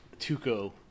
tuco